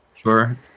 Sure